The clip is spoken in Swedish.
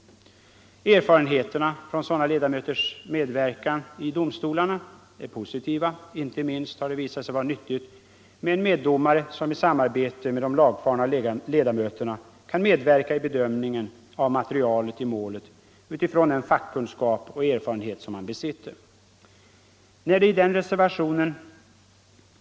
Erfarenheterna från sådana ledamöters medverkan i domstolarna är positiva. Inte minst har det visat sig vara nyttigt med en meddomare, som i samarbete med de lagfarna ledamöterna kan medverka i bedömningen av materialet i målet utifrån den fackkunskap och erfarenhet han besitter.